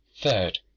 Third